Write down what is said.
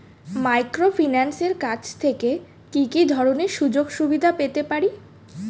মাইক্রোফিন্যান্সের কাছ থেকে কি কি ধরনের সুযোগসুবিধা পেতে পারি?